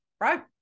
right